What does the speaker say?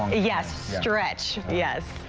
yes. stretch, yes,